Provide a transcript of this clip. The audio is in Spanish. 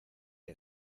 que